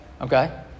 okay